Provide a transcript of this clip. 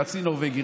חצי נורבגי,